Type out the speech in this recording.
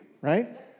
Right